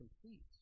complete